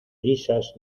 brisas